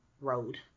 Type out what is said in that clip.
road